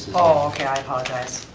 oh okay, i apologize.